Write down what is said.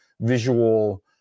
visual